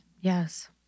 Yes